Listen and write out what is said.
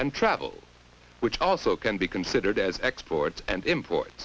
and travel which also can be considered as exports and import